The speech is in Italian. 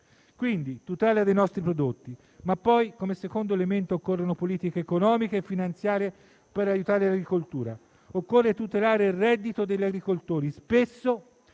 quindi, tutela dei nostri prodotti; ma poi, come secondo elemento, occorrono politiche economiche e finanziarie per aiutare l'agricoltura. Occorre tutelare il reddito degli agricoltori. Spesso,